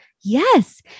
Yes